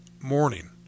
morning